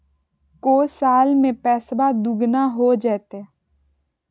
को साल में पैसबा दुगना हो जयते?